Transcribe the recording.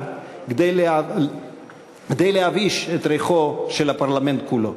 כדי להבאיש את ריחו של הפרלמנט כולו.